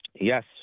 Yes